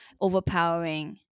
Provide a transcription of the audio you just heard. overpowering